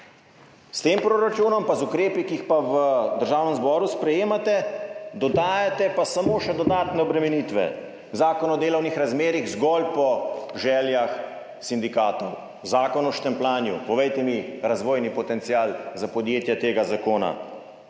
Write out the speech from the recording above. s tem proračunom in z ukrepi, ki jih pa v Državnem zboru sprejemate, pa dodajate pa samo še dodatne obremenitve. Zakon o delovnih razmerjih zgolj po željah sindikatov. Zakon o štempljanju – povejte mi, kakšen je razvojni potencial tega zakona